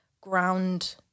ground